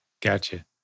Gotcha